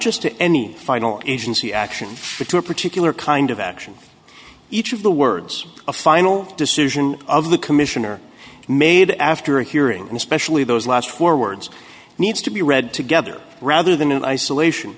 just to any final agency action but to a particular kind of action each of the words a final decision of the commission are made after a hearing and especially those last four words needs to be read together rather than in isolation